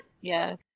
Yes